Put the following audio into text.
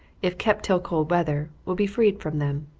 if kept till cold weather, will be freed from them.